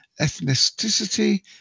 ethnicity